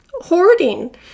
Hoarding